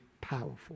powerful